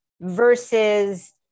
versus